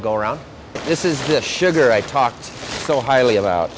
to go around this is the sugar i've talked so highly about